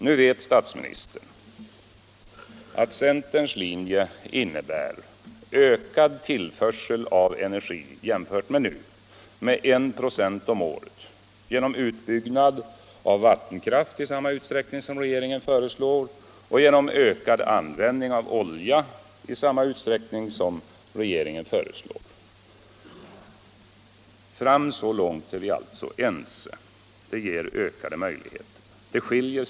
Nu vet statsministern att centerns linje innebär en procents ökning om året i tillförseln av energi jämfört med nu. Det skall ske genom utbyggnad av vattenkraften i samma utsträckning som regeringen föreslår och genom ökad användning av olja i samma utsträckning som regeringen föreslår. Så långt är vi alla ense, det ger ökade möjligheter till jobb.